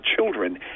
children